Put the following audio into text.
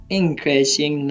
increasing